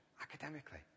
academically